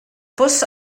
bws